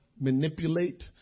manipulate